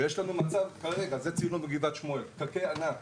ויש לנו מצב כרגע, זה צילמו בגבעת שמואל, פקקי ענק